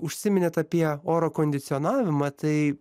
užsiminėt apie oro kondicionavimą tai